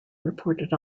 reported